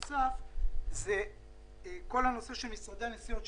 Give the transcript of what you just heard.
כל הנושא של משרדי הנסיעות,